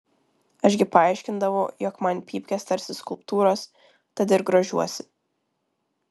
aš gi paaiškindavau jog man pypkės tarsi skulptūros tad ir grožiuosi